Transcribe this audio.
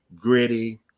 gritty